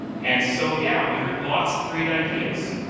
and so, yeah, we heard lots of great ideas.